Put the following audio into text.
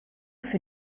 für